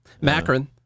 Macron